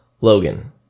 Logan